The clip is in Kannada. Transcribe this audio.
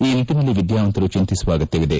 ಈ ನಿಟ್ಟನಲ್ಲಿ ವಿದ್ಯಾವಂತರು ಚಿಂತಿಸುವ ಅಗತ್ತವಿದೆ